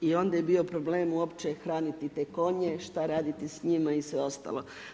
I onda je bio problem uopće hraniti te konje, što raditi s njima i sve ostalo.